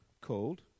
called